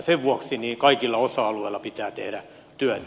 sen vuoksi kaikilla osa alueilla pitää tehdä työtä